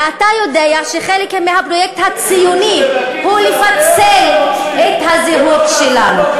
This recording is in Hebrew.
ואתה יודע שחלק מהפרויקט הציוני הוא לפצל את הזהות שלנו.